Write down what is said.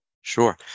sure